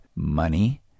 money